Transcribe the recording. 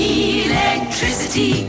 electricity